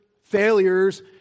failures